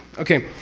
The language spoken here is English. okay?